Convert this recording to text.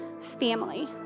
family